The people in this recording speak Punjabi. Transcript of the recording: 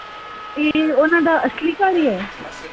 ਇਹ ਉਹਨਾਂ ਦਾ ਅਸਲੀ ਘਰ ਹੀ ਹੈ